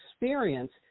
experience